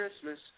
Christmas